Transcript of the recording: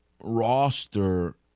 roster